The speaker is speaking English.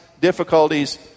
difficulties